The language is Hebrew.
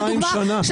לדוגמה,